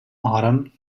autumn